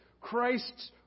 Christ's